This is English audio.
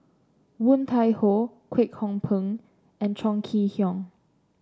Woon Tai Ho Kwek Hong Png and Chong Kee Hiong